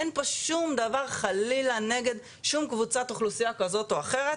אין פה שום דבר חלילה שום קבוצת אוכלוסיה כזאת או אחרת.